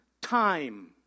time